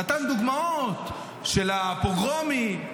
נתן דוגמאות של הפוגרומים.